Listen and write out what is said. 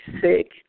sick